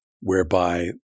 whereby